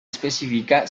específica